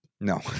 No